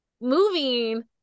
moving